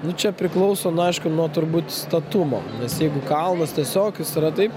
nu čia priklauso nu aišku nuo turbūt statumo nes jeigu kalnas tiesiog jis yra taip